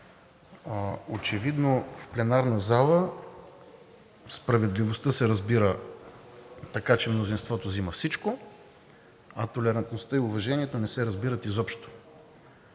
Очевидно, в пленарната зала справедливостта се разбира така, че мнозинството взема всичко, а толерантността и уважението не се разбират изобщо.